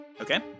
Okay